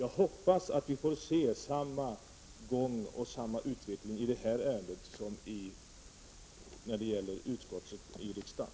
Jag hoppas att vi får se samma utveckling i det här ärendet som vi har gjort när det gäller utskottsförhören i riksdagen.